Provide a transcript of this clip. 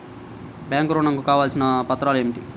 Bank ఋణం కు కావలసిన పత్రాలు ఏమిటి?